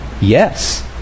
Yes